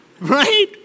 Right